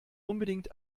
unbedingt